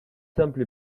simple